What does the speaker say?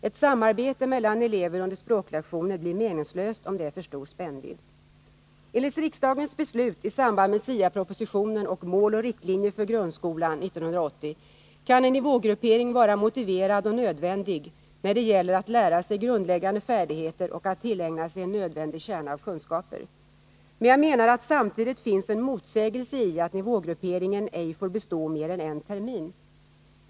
Ett samarbete mellan elever under språklektioner blir meningslös om det är för stor spännvidd. Enligt riksdagens beslut i samband med SIA-propositionen och Mål och riktlinjer för grundskolan 1980 kan en nivågruppering vara motiverad och nödvändig, när det gäller att lära sig grundläggande färdigheter och tillägna sig en nödvändig kärna av kunskaper. Men jag menar att det samtidigt finns en motsägelse i att nivågrupperingen ej får bestå mer än en termin.